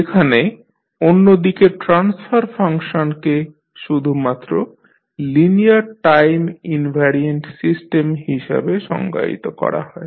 যেখানে অন্যদিকে ট্রান্সফার ফাংশনকে শুধুমাত্র লিনিয়ার টাইম ইনভ্যারিয়ান্ট সিস্টেম হিসাবে সংজ্ঞায়িত করা হয়